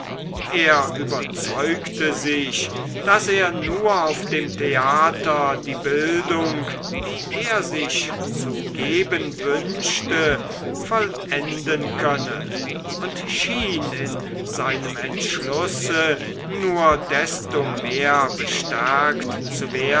er überzeugte sich daß er nur auf dem theater die bildung die er sich zu geben wünschte vollenden könne und schien in seinem entschlusse nur desto mehr bestärkt